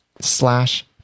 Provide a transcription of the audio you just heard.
slash